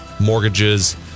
mortgages